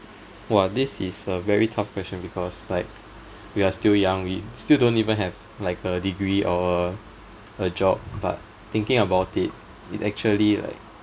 !wah! this is a very tough question because like we're still young we still don't even have like a degree or a job but thinking about it it actually like